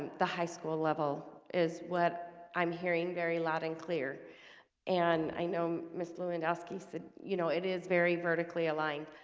the high school level is what i'm hearing very loud and clear and i know ms. lewandowski said, you know, it is very vertically aligned